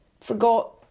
forgot